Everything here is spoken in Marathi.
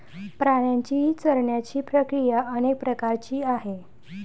प्राण्यांची चरण्याची प्रक्रिया अनेक प्रकारची आहे